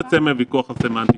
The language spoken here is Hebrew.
נצא מהוויכוח הסמנטי.